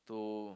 to